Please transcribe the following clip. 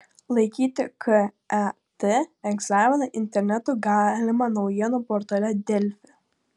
laikyti ket egzaminą internetu galima naujienų portale delfi